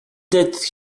that